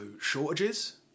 shortages